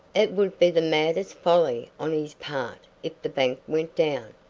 it would be the maddest folly on his part if the bank went down.